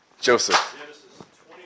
Joseph